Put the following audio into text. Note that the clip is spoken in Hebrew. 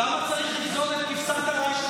למה צריך לגזול את כבשת הרש,